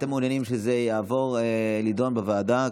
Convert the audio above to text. אתם מעוניינים שזה יעבור לדיון בוועדה,